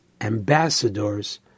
ambassadors